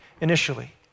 initially